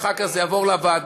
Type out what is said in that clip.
ואחר כך זה יעבור לוועדה,